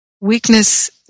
Weakness